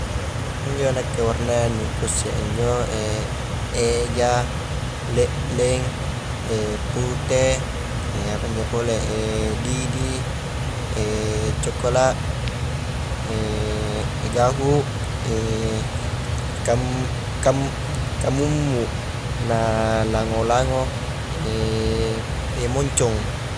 Injo nakke warna yang nu ku isse injo eja, le'leng, pute, apa injo pole didi, cokela', gahu, kam-kam kamummu, na lango-lango moncong.